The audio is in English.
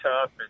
tough